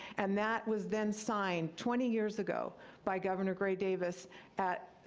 and that was then signed twenty years ago by governor gray davis at,